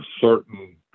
certain